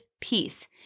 peace